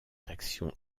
d’action